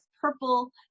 purple